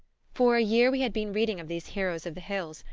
for a year we had been reading of these heroes of the hills,